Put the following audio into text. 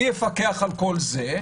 מי יפקח על כל זה?